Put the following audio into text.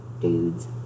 dudes